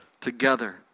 together